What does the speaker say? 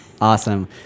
Awesome